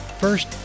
First